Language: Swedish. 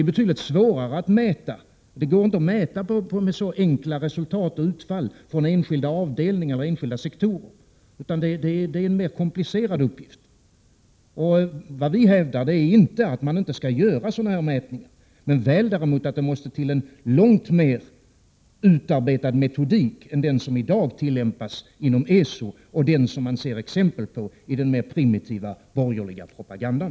Det går inte att mäta genom att se på enkla resultat och utfall från enskilda avdelningar eller enskilda sektorer. Det är en mer komplicerad uppgift. Vad vi hävdar är inte att man inte skall göra även sådana mätningar men väl däremot att det måste till en långt mer utarbetad metodik än den som i dag tillämpas inom ESO och den som man ser exempel på i den mer primitiva borgerliga propagandan.